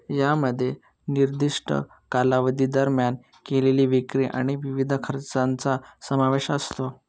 यामध्ये निर्दिष्ट कालावधी दरम्यान केलेल्या विक्री आणि विविध खर्चांचा समावेश असतो